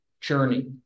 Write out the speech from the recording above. journey